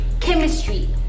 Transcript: Chemistry